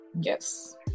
yes